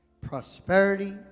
prosperity